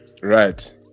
Right